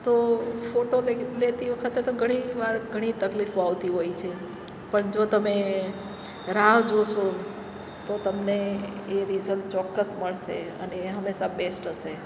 તો ફોટો લેતી વખતે તો ઘણીવાર ઘણી તકલીફો આવતી હોય છે પણ જો તમે રાહ જોશો તો તમને એ રિઝલ્ટ ચોક્કસ મળશે અને એ હંમેશા બેસ્ટ હશે